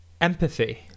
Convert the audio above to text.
empathy